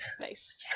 Nice